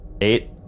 Eight